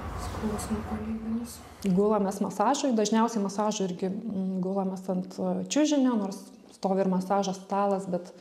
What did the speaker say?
skausmą palyginus gulamės masažui dažniausiai masažui irgi gulamės ant čiužinio nors stovi ir masažo stalas bet